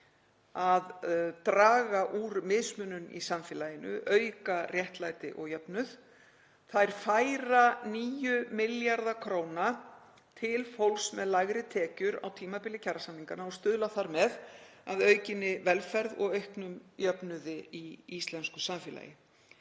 að draga úr mismunun í samfélaginu, auka réttlæti og jöfnuð. Þær færa 9 milljarða kr. til fólks með lægri tekjur á tímabili kjarasamninganna og stuðla þar með að aukinni velferð og auknum jöfnuði í íslensku samfélagi.